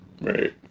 Right